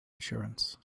assurance